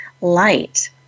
light